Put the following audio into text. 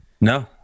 No